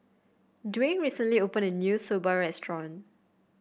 Dwain recently opened a new Soba restaurant